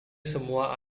semua